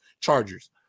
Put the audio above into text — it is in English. Chargers